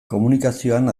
komunikazioan